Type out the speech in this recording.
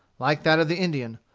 like that of the indian,